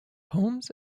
homes